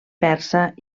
persa